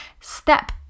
step